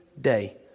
day